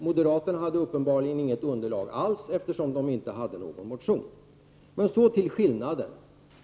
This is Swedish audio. Moderaterna hade uppenbarligen inget underlag alls, eftersom de inte har väckt någon motion. Så till skillnaden.